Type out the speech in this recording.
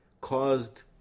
caused